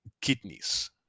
kidneys